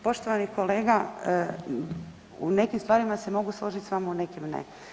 Poštovani kolega, u nekim stvarima se mogu složit s vama, u nekim ne.